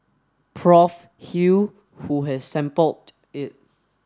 Prof Hew who has sampled it